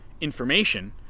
information